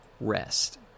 rest